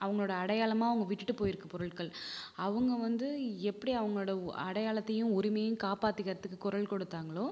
அவங்களோட அடையாளமாக அவங்க விட்டுட்டு போயிருக்க பொருட்கள் அவங்க வந்து எப்படி அவங்களோடய அடையாளத்தையும் உரிமையும் காப்பாற்றிக்கிறதுக்கு குரல் கொடுத்தாங்களோ